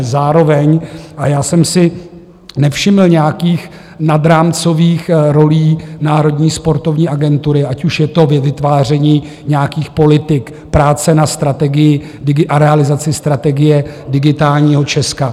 Zároveň jsem si nevšiml nějakých nadrámcových rolí Národní sportovní agentury, ať už je to ve vytváření nějakých politik, práce na strategii a realizaci strategie digitálního Česka.